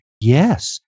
Yes